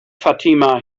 fatima